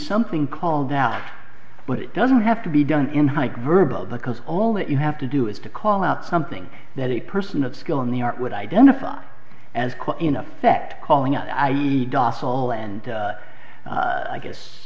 something called out but it doesn't have to be done in hike verbal because all that you have to do is to call out something that a person of skill in the art would identify as in effect calling out docile and i guess